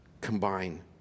combine